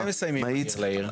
מתי מסיימים מהיר לעיר?